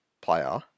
player